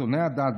שונאי הדת,